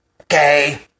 Okay